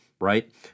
right